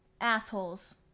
assholes